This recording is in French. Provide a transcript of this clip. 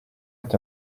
est